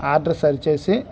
order సరిచేసి